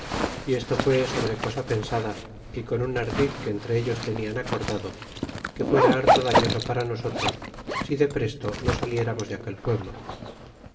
y esto fue sobre cosa pensada y con un ardid que entre ellos tenian acordado que fuera harto daiioso para nosotros si de presto no saliéramos de aquel pueblo